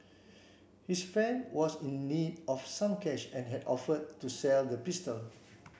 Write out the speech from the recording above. his friend was in need of some cash and had offered to sell the pistol